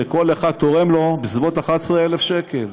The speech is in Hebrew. שכל אחד מהם תורם לו בסביבות 11,000 שקל.